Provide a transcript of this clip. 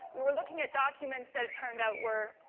we were looking at documents that it turned out were,